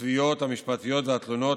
התביעות המשפטיות והתלונות,